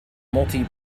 multi